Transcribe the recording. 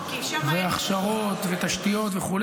זה הכשרות ותשתיות וכו'.